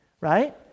right